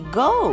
go